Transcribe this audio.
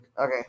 Okay